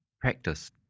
practice